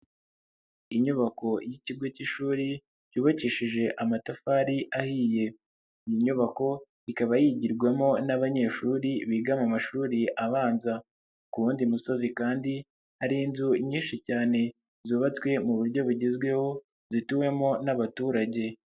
Inyubako y'ikigo cy'ishuri yubakishije amatafari ahiye, iyi nyubako ikaba yigirwamo n'abanyeshuri biga mu mashuri abanza. Ku wundi musozi kandi hari inzu nyinshi cyane zubatswe mu buryo bugezweho zituwemo n'abaturage.